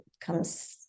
comes